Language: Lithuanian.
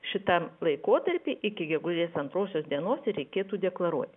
šitą laikotarpį iki gegužės antrosios dienos reikėtų deklaruoti